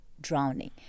drowning